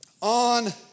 On